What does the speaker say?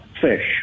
fish